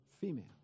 Female